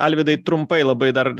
alvydai trumpai labai dar